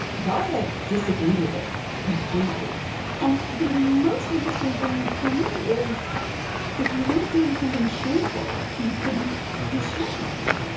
dalia disagreed with it completely and the most interesting thing for me is if you weren't doing something shameful you couldn't be shamed